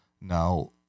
Now